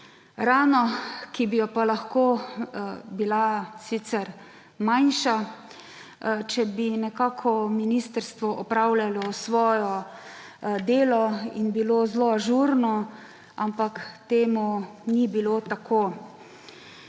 Rano, ki bi pa lahko bila sicer manjša, če bi nekako ministrstvo opravljalo svoje delo in bilo zelo ažurno, ampak temu ni bilo tako.